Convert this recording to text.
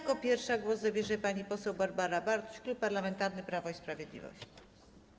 Jako pierwsza głos zabierze pani poseł Barbara Bartuś, Klub Parlamentarny Prawo i Sprawiedliwość.